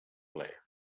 ple